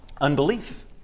unbelief